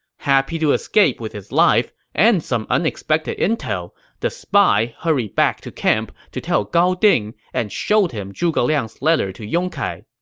happy to escape with his life and some unexpected intel, the spy hurried back to camp to tell gao ding and showed him zhuge liang's letter to yong kai.